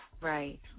Right